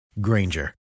Granger